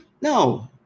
no